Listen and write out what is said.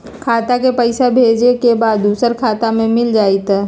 खाता के पईसा भेजेए के बा दुसर शहर में मिल जाए त?